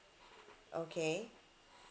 okay